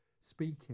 speaking